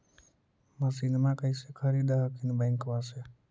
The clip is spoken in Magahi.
मसिनमा कैसे खरीदे हखिन बैंकबा से?